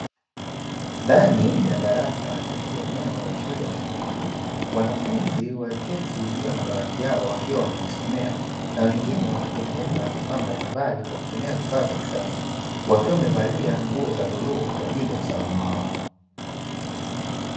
Ndani ya darasa katika eneo la shule ya ufundi. Wanafunzi walioketi juu ya madawati yao wakiwa wanajisomea, na wengine wakitengeneza vifaa mbalimbali kwa kutumia vifaa vya kisasa, wakiwa wamevalia nguo za bluu kwa ajili ya usalama wao.